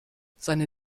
seine